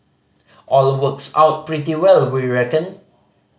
all works out pretty well we reckon